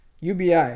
UBI